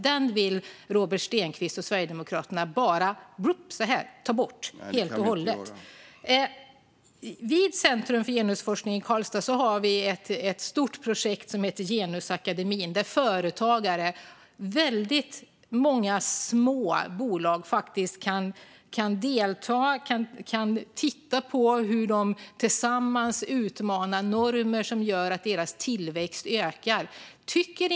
Den vill Robert Stenkvist och Sverigedemokraterna bara ta bort helt och hållet. Vid Centrum för genusforskning i Karlstad har vi ett stort projekt som heter Genusakademin. Där kan företagare, väldigt många små bolag, delta och titta på hur de tillsammans kan utmana normer, vilket gör att deras tillväxt ökar.